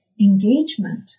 engagement